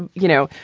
and you know,